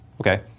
Okay